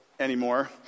Anymore